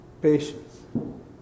patience